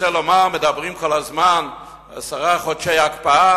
מדברים כל הזמן על עשרה חודשי הקפאה.